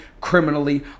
criminally